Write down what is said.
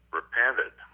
repented